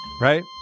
Right